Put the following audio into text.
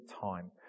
time